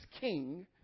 king